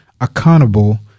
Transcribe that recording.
accountable